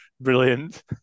Brilliant